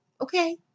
okay